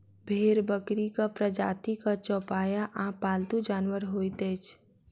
भेंड़ बकरीक प्रजातिक चौपाया आ पालतू जानवर होइत अछि